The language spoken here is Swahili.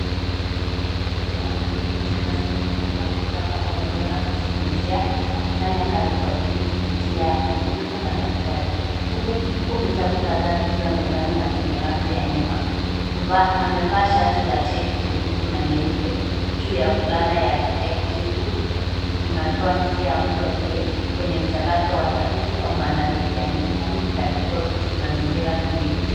Mtu ameketi mezani kwenye maktaba au eneo la kujifunzia, akifanya kazi Kwa bidii kupitia kompyuta na daftari. Huku vitabu kadhaa vikiwa mezani na kwenye rafu ya nyuma. Amavaa shati la cheki jekundu na nyeupe, juu ya fulana ya kijivu. Kunatoa hisia ya mtu aliye kwenye mchakato wa tafiti au maadalizi ya mitihani katika mazingira tulivu.